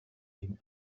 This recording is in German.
dem